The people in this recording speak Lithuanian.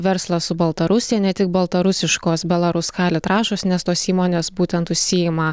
verslas su baltarusija ne tik baltarusiškos balaruskali trąšos nes tos įmonės būtent užsiima